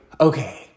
okay